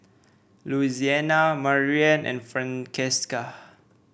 Louisiana Maryann and Francesca